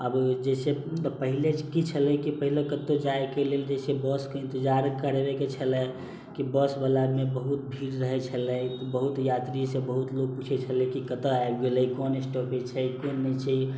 आब ओ जे छै पहिले की छलै कि पहिले कतौ जाइके लेल जे छै बसके इन्तजार करबे के छलै कि बसवला मे बहुत भीड़ रहै छलै बहुत यात्री सब बहुत लोक पुछै छलै कि कतऽ आबि गेलै कोन स्टॉपेज छै कोन नहि छै